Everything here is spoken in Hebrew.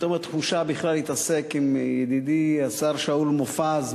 פתאום התחושה בכלל להתעסק עם ידידי השר שאול מופז,